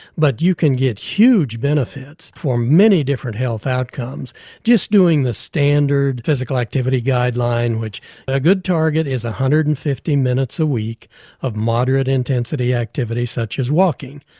but you can get huge benefits for many different health outcomes just doing the standard physical activity guideline which a good target is one hundred and fifty minutes a week of moderate intensity activity such as walking,